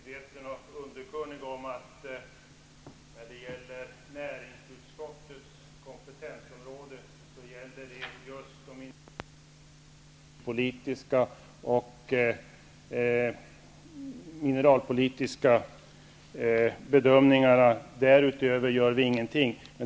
Herr talman! Siw Persson bör vara medveten och underkunnig om att näringsutskottets kompetensområde i denna fråga utgörs av de industri och mineralpolitiska bedömningarna. Därutöver gör utskottet ingenting.